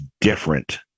different